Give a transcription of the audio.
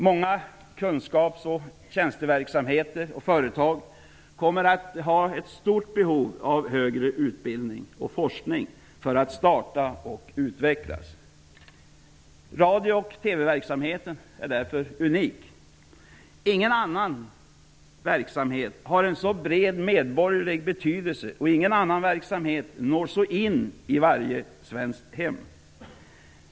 Många kunskapsoch tjänsteverksamheter och företag kommer att ha stort behov av högre utbildning och forskning för att kunna startas och utvecklas. Radio och TV-verksamheten är unik. Ingen annan verksamhet har en så bred medborgerlig betydelse och ingen annan verksamhet når så långt in i varje svenskt hem.